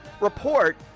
report